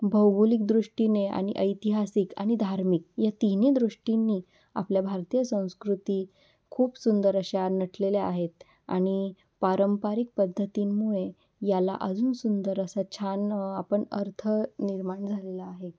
भौगोलिक दृष्टीने आणि ऐतिहासिक आणि धार्मिक या तिन्ही दृष्टींनी आपल्या भारतीय संस्कृती खूप सुंदर अशा नटलेल्या आहेत आणि पारंपरिक पद्धतींमुळे याला अजून सुंदर असा छान आपण अर्थ निर्माण झालेला आहे